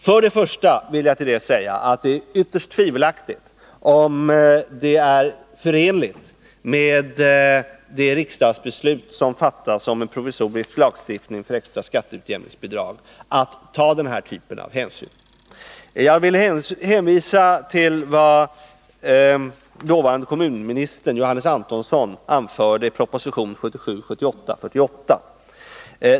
Till det vill jag först säga att det är ytterst tvivelaktigt om det är förenligt med det riksdagsbeslut som fattats om en provisorisk lagstiftning för extra skatteutjämningsbidrag att ta den här typen av hänsyn. Jag vill hänvisa till vad dåvarande kommunministern Johannes Antonsson anförde i proposition 1977/78:48.